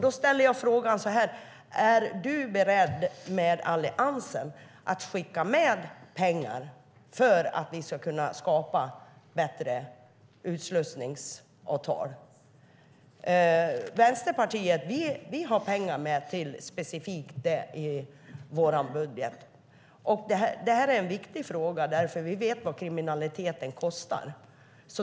Då ställer jag frågan: Är du, med Alliansen, beredd att skicka med pengar för att vi ska kunna skapa bra utslussningsavtal? Vi i Vänsterpartiet har pengar specifikt för detta i vårt budgetförslag. Det här är en viktig fråga. Vi vet vad kriminaliteten kostar.